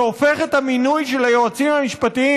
שהופך את המינוי של היועצים המשפטיים